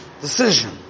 Decision